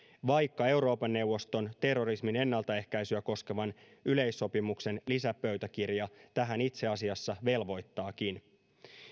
vaikka euroopan neuvoston terrorismin ennaltaehkäisyä koskevan yleissopimuksen lisäpöytäkirja tähän itse asiassa velvoittaakin